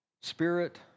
spirit